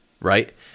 right